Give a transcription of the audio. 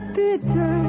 bitter